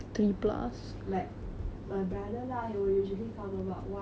like my brother lah he will usually come about one or two